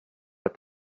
what